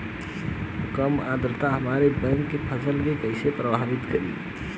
कम आद्रता हमार बैगन के फसल के कइसे प्रभावित करी?